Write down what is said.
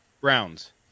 Browns